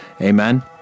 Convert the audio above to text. Amen